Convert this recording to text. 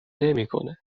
نمیکنه